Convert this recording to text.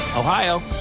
Ohio